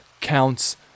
counts